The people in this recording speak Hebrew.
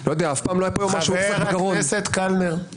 אף פעם לא היה פה --- חבר הכנסת קלנר, בבקשה.